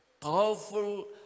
powerful